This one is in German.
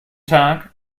tag